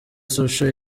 social